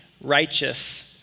righteous